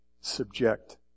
subject